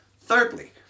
Thirdly